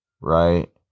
right